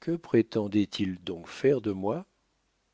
que prétendait-il donc faire de moi